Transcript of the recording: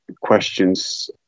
questions